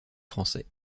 français